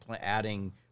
adding